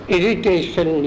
Irritation